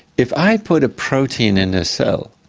if i put a protein in a cell,